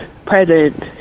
present